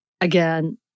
again